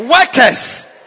workers